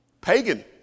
Pagan